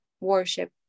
worship